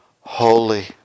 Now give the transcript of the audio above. holy